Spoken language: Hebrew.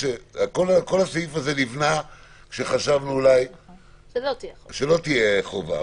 כל הסעיף נבנה כשחשבנו שלא תהיה חובה.